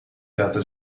trata